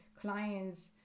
clients